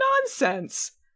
nonsense